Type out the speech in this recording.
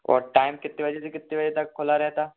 और टाइम कितने बजे से कितने बजे तक खुला रहता